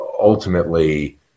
ultimately